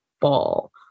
ball